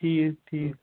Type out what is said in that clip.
ٹھیٖک ٹھیٖک